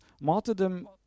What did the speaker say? Martyrdom